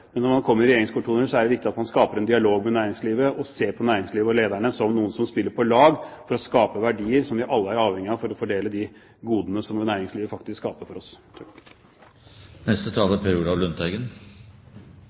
men når man kommer i regjeringskontorene, er det viktig at man skaper en dialog med næringslivet og ser på næringslivet og lederne som noen som spiller på lag for å skape verdier som vi alle er avhengige av for å fordele de godene som næringslivet faktisk skaper for oss.